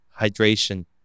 hydration